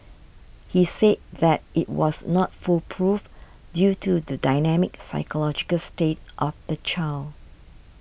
he said that it was not foolproof due to the dynamic psychological state of the child